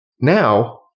Now